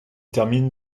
terminent